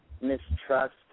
mistrust